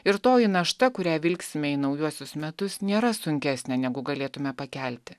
ir toji našta kurią vilksime į naujuosius metus nėra sunkesnė negu galėtume pakelti